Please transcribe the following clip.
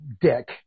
Dick